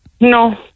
No